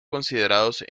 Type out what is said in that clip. considerados